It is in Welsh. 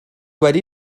wedi